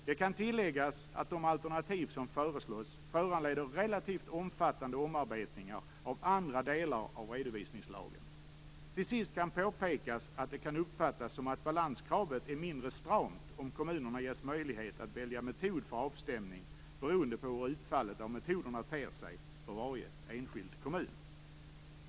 Det kan tilläggas att de alternativ som föreslås föranleder relativt omfattande omarbetningar av andra delar av redovisningslagen. Till sist kan påpekas att det kan uppfattas som att balanskravet är mindre stramt om kommunerna ges möjlighet att välja metod för avstämning, beroende på hur utfallet av metoderna ter sig för varje enskild kommun.